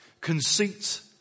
conceit